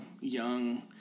young